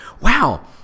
wow